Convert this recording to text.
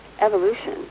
evolution